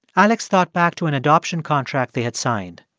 alex thought back to an adoption contract they had signed.